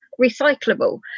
recyclable